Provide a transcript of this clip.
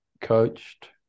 coached